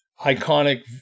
iconic